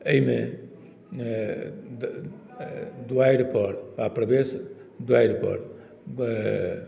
एहिमे द द द्वारिपर प्रवेश द्वारिपर